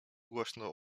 głośno